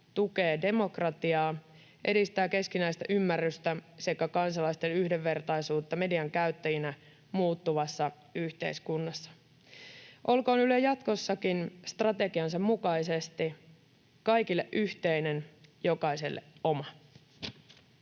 tukee demokratiaa, edistää keskinäistä ymmärrystä sekä kansalaisten yhdenvertaisuutta median käyttäjinä muuttuvassa yhteiskunnassa. Olkoon Yle jatkossakin strategiansa mukaisesti kaikille yhteinen, jokaiselle oma.